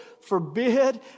forbid